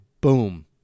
boom